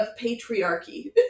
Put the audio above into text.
patriarchy